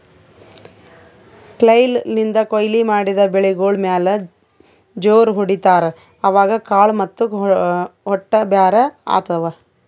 flail ನಿಂದ್ ಕೊಯ್ಲಿ ಮಾಡಿದ್ ಬೆಳಿಗೋಳ್ ಮ್ಯಾಲ್ ಜೋರ್ ಹೊಡಿತಾರ್, ಅವಾಗ್ ಕಾಳ್ ಮತ್ತ್ ಹೊಟ್ಟ ಬ್ಯಾರ್ ಆತವ್